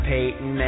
Peyton